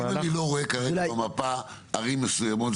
מהלך --- אם אני לא רואה כרגע במפה ערים מסוימות,